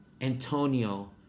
Antonio